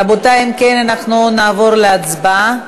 רבותי, אנחנו נעבור להצבעה.